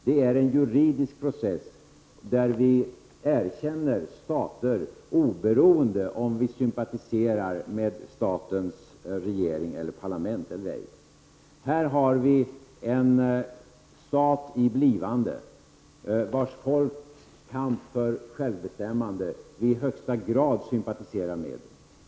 Det är en juridisk process där vi erkänner stater oberoende av om vi sympatiserar med staternas regeringar eller parlament eller ej. Här har vi en stat i blivande, vars folks kamp för självbestämmande vi i högsta grad sympatiserar med.